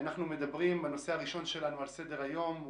הנושא על סדר היום: